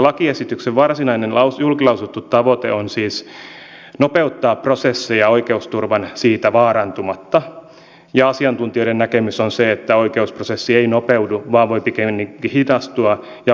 lakiesityksen varsinainen julkilausuttu tavoite on siis nopeuttaa prosesseja oikeusturvan siitä vaarantumatta ja asiantuntijoiden näkemys on se että oikeusprosessi ei nopeudu vaan voi pikemminkin hidastua ja oikeusturva vaarantuu